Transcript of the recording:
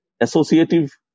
associative